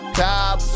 top